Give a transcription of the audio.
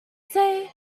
say